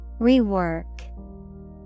Rework